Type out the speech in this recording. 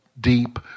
deep